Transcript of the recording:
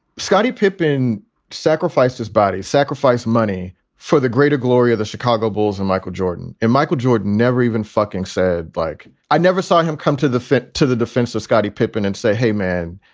scottie pippen sacrificed his body, sacrificed money for the greater glory of the chicago bulls and michael jordan and michael jordan never even fucking said. like, i never saw him come to the fit to the defense of scottie pippen and say, hey, man,